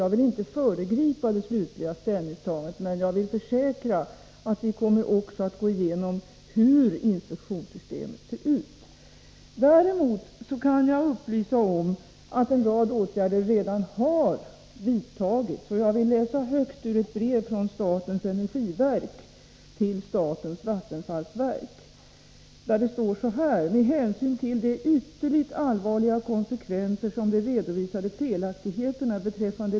Jag vill inte föregripa det slutliga ställningstagandet, men jag kan försäkra att vi kommer att gå igenom också hur inspektionssystemet ser ut. Jag kan upplysa om att en rad åtgärder redan har vidtagits. Jag vill läsa högt ur ett brev från statens energiverk till statens vattenfallsverk: ”Med hänsyn till de ytterligt allvarliga konsekvenser som de redovisade felaktigheterna betr.